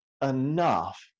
enough